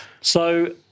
So-